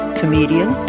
comedian